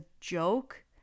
joke